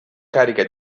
carica